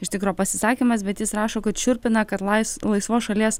iš tikro pasisakymas bet jis rašo kad šiurpina kad lais laisvos šalies